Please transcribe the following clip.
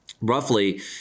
roughly